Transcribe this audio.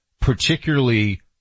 particularly